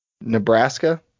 Nebraska